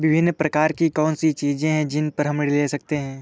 विभिन्न प्रकार की कौन सी चीजें हैं जिन पर हम ऋण ले सकते हैं?